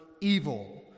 evil